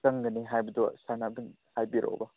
ꯆꯪꯒꯅꯤ ꯍꯥꯏꯕꯗꯨ ꯆꯥꯟꯅꯕ ꯍꯥꯏꯕꯤꯔꯛꯑꯣ ꯀꯣ